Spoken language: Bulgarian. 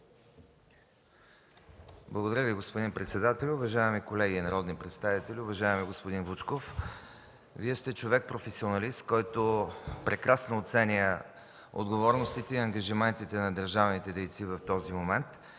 Благодаря Ви. Господин председател, уважаеми колеги народни представители! Уважаеми господин Вучков, Вие сте човек професионалист, който прекрасно оценява отговорностите и ангажиментите на държавните дейци в този момент.